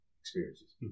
experiences